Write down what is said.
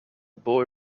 boy